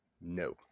No